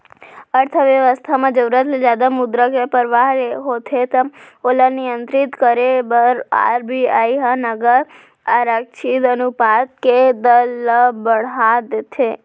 अर्थबेवस्था म जरुरत ले जादा मुद्रा के परवाह होथे त ओला नियंत्रित करे बर आर.बी.आई ह नगद आरक्छित अनुपात के दर ल बड़हा देथे